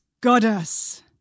Goddess